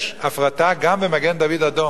יש הפרטה גם במגן-דוד-אדום.